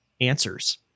answers